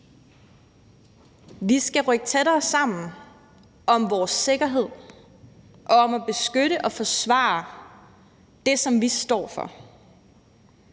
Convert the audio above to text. Vi skal rykke tættere sammen om vores sikkerhed og om at beskytte og forsvare det, som vi står for.